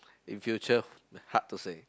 in future hard to say